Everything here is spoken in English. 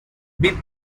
with